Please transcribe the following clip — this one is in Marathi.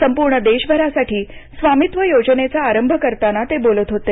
संपूर्ण देशभरासाठी स्वामित्व योजनेचा आरंभ करताना ते बोलत होते